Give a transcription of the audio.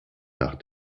nach